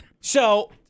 So-